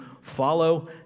follow